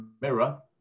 mirror